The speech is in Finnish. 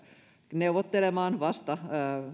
neuvottelemaan vasta